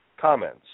comments